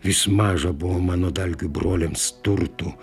vis maža buvo mano dalgių broliams turtų